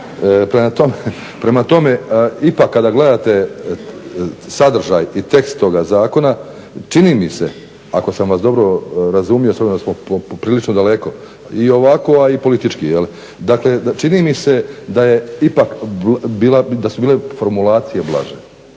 Prema tome ipak kada gledate sadržaj i tekst toga zakona čini mi se ako sam vas dobro razumio s obzirom da smo poprilično daleko i ovako i politički, dakle čini mi se da su bile formulacije blaže.